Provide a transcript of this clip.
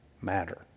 matter